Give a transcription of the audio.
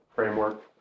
framework